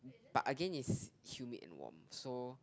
but again it's humid and warm so